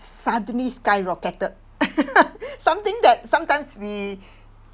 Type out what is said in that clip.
suddenly skyrocketed something that sometimes we